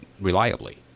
reliably